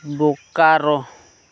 Bokaro